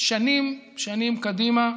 שנים שנים קדימה,